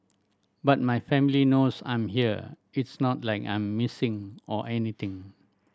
but my family knows I'm here it's not like I'm missing or anything